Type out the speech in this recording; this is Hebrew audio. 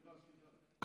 סליחה, סליחה.